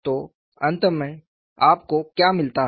तो अंत में आपको क्या मिलता है